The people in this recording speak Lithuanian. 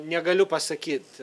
negaliu pasakyt